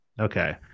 Okay